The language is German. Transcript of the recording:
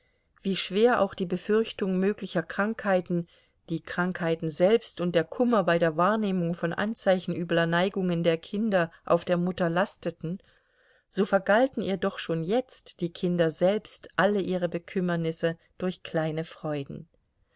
wie schwer auch die befürchtung möglicher krankheiten die krankheiten selbst und der kummer bei der wahrnehmung von anzeichen übler neigungen der kinder auf der mutter lasteten so vergalten ihr doch schon jetzt die kinder selbst alle ihre bekümmernisse durch kleine freuden